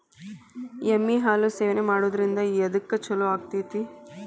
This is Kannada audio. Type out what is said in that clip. ಎಮ್ಮಿ ಹಾಲು ಸೇವನೆ ಮಾಡೋದ್ರಿಂದ ಎದ್ಕ ಛಲೋ ಆಕ್ಕೆತಿ?